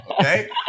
okay